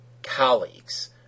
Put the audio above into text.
Colleagues